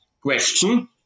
question